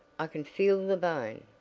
i can feel the bone.